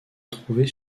trouvées